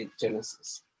Genesis